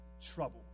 trouble